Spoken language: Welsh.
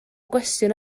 gwestiwn